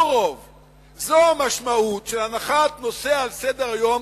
זו המשמעות של הנחת נושא על סדר-היום,